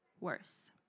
worse